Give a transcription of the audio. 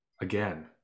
again